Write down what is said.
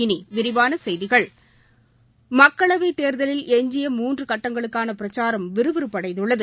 இனி விரிவான செய்திகள் மக்களவைத் தேர்தலில் எஞ்சிய மூன்று கட்டங்களுக்கான பிரச்சாரம் விறுவிறுப்படைந்துள்ளது